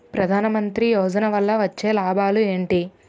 ప్రధాన మంత్రి యోజన వల్ల వచ్చే లాభాలు ఎంటి?